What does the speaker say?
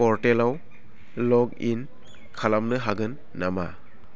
पर्टेलाव लगइन खालामनो हागोन नामा